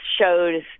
shows